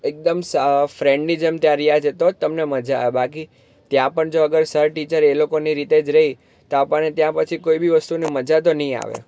એકદમ સ ફ્રેન્ડની જેમ ત્યાં રહ્યા છે તો તમને મજા આવે બાકી ત્યાં પણ જો અગર સર ટીચર એ લોકોની રીતે જ રે તો આપણને ત્યાં પછી કોઈ બી વસ્તુની મજા નહીં આવે